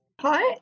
Hi